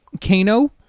Kano